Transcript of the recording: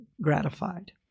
gratified